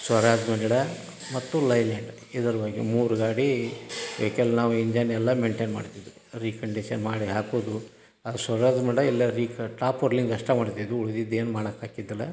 Swaraj Mazda ಮತ್ತು Leyland ಇದರ ಬಗ್ಗೆ ಮೂರು ಗಾಡಿ ವೆಯ್ಕಲ್ ನಾವು ಇಂಜನ್ ಎಲ್ಲ ಮೇಯ್ನ್ಟೇನ್ ಮಾಡ್ತಿದ್ದೆವು ರೀಕಂಡೀಷನ್ ಮಾಡಿ ಹಾಕುವುದು ಆ ಸ್ವರಾಜ್ ಮಡ ಎಲ್ಲ ರಿಕ ಟಾಪ್ ವರ್ಲಿಂಗ್ ಅಷ್ಟೇ ಮಾಡ್ತಿದ್ದೆವು ಉಳ್ದಿದ್ದು ಏನೂ ಮಾಡಕ್ಕೆ ಆಗಿದ್ದಿಲ್ಲ